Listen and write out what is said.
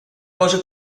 cosa